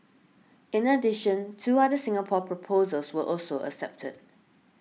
in addition two other Singapore proposals were also accepted